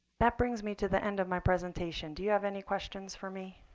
that brings me to the end of my presentation. do you have any questions for me?